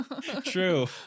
True